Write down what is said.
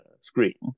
screen